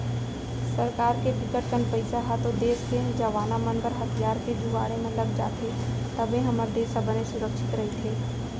सरकार के बिकट कन पइसा ह तो देस के जवाना मन बर हथियार के जुगाड़े म लग जाथे तभे हमर देस ह बने सुरक्छित रहिथे